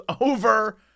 over